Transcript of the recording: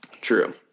True